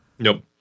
Nope